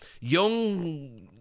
Young